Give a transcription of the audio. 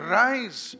rise